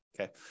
okay